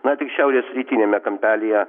na tik šiaurės rytiniame kampelyje